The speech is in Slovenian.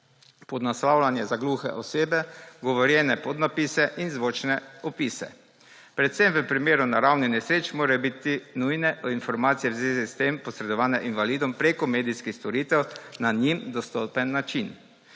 podnaslavljanje za gluhe osebe, govorjene podnapise in zvočne opise. Predvsem v primeru naravnih nesreč morajo biti nujne informacije v zvezi s tem posredovane invalidom prek medijskih storitev na njim dostopen način.